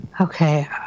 okay